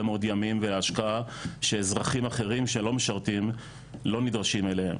מאוד ימים והשקעה שאזרחים אחרים שלא משרתים לא נדרשים אליה.